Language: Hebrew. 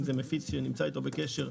אם זה מפיץ שנמצא איתו בקשר,